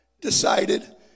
decided